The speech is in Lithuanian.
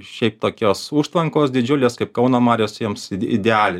šiaip tokios užtvankos didžiulės kaip kauno marios jiems idealiai